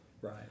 right